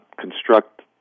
construct